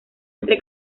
entre